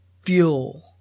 fuel